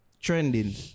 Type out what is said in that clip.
trending